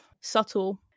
subtle